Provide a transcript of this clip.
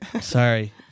Sorry